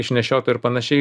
išnešioto ir panašiai